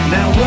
Now